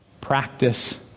practice